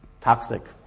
toxic